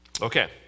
Okay